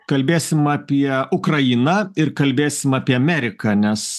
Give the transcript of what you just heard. kalbėsime apie ukrainą ir kalbėsime apie ameriką nes